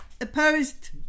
Opposed